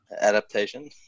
Adaptation